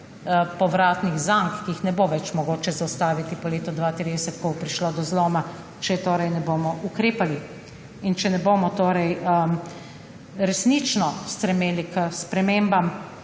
povratnih zank, ki jih ne bo več mogoče zaustaviti po letu 2030, ko bo prišlo do zloma, če ne bomo ukrepali in če ne bomo resnično stremeli k spremembam,